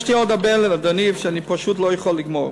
יש לי עוד הרבה, אדוני, שאני פשוט לא יכול לגמור.